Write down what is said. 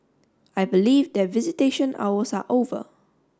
I believe that visitation hours are over